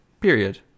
period